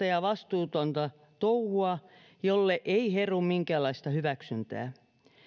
ja vastuutonta touhua jolle ei heru minkäänlaista hyväksyntää